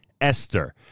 Esther